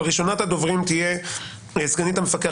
אבל ראשונת הדוברים תהיה סגנית המפקח